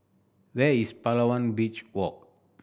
where is Palawan Beach Walk